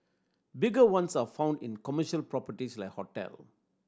bigger ones are found in commercial properties like hotel